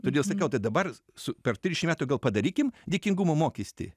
todėl sakiau tai dabar su per trišim metų gal padarykim dėkingumo mokestį